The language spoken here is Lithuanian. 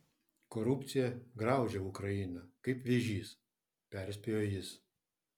korupcija graužia ukrainą kaip vėžys perspėjo jis